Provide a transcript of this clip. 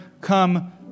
come